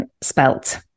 spelt